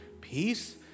peace